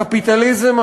הקפיטליזם,